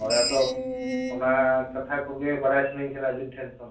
ᱦᱳᱭ ᱟᱫᱚ ᱚᱱᱟ ᱠᱟᱛᱷᱟ ᱠᱚᱜᱮ ᱵᱟᱲᱟᱭ ᱥᱟᱱᱟᱧ ᱠᱟᱱᱟ ᱟᱹᱵᱤᱱ ᱴᱷᱮᱱ ᱠᱷᱚᱱ